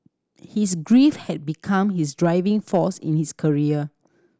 his grief had become his driving force in his career